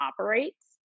operates